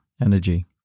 energy